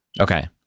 Okay